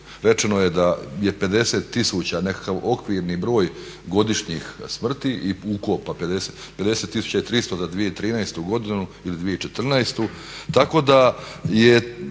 rečeno je da je 50 tisuća nekakav okvirni broj godišnjih smrti i ukopa 5300 za 2013. godinu ili 2014. Tako da je,